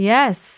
Yes